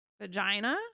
vagina